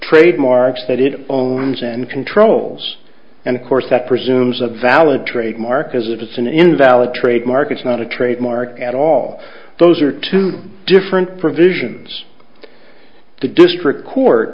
trademarks that it owns and controls and of course that presumes a valid trademark as if it's an invalid trademark it's not a trademark at all those are two different provisions the district court